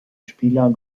spieler